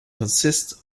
consists